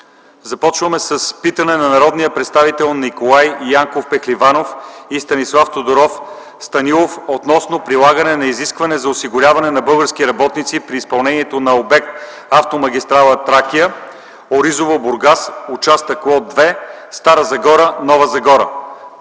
Започваме с питане на народния представител Николай Янков Пехливанов и Станислав Тодоров Станилов относно прилагане на изискване за осигуряване на български работници при изпълнението на обект „Автомагистрала „Тракия” Оризово-Бургас”, участък Лот-2 Стара Загора-Нова Загора.